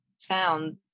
found